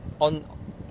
on